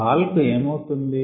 ball కు ఏమవుతుంది